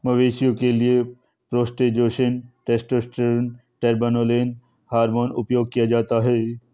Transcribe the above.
मवेशियों के लिए प्रोजेस्टेरोन, टेस्टोस्टेरोन, ट्रेनबोलोन आदि हार्मोन उपयोग किया जाता है